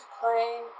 play